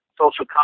social